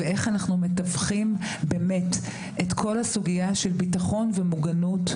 ואיך אנחנו מתווכים באמת את כל הסוגיה של ביטחון ומוגנות,